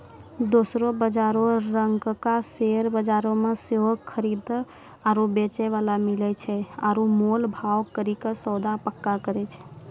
दोसरो बजारो रंगका शेयर बजार मे सेहो खरीदे आरु बेचै बाला मिलै छै आरु मोल भाव करि के सौदा पक्का करै छै